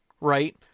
right